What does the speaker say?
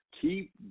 keep